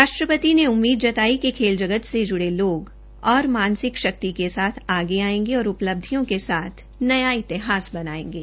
राष्ट्रपति ने उम्मीद जताई कि खेल जगत से जुड़े लोग और मानसिक शक्ति के साथ आगे आयेंगे और उपलब्धियों के साथ नया इतिहास बनायेंगे